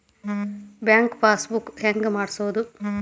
Bank passbook ಹೆಂಗ್ ಮಾಡ್ಸೋದು?